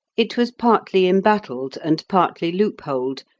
it was partly embattled, and partly loopholed,